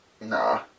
Nah